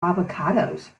avocados